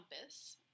compass